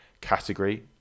category